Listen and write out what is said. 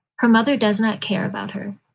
her mother does not care about her.